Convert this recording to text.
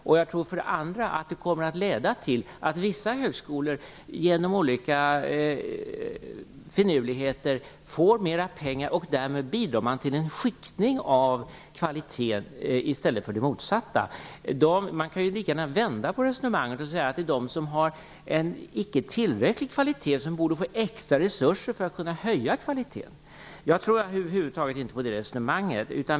För det andra tror jag att det kommer att leda till att vissa högskolor genom olika finurligheter får mer pengar än andra. Därmed bidrar man till en skiktning av kvaliteten i stället för det motsatta. Man kan lika gärna vända på resonemanget och säga att de skolor som inte har en tillräckligt hög kvalitet borde få extra resurser för att kunna höja kvaliteten. Jag tror över huvud taget inte på det resonemanget.